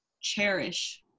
cherish